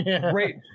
Great